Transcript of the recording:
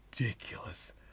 ridiculous